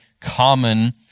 common